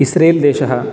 इस्रेल्देशः